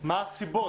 מה הסיבות?